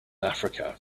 africa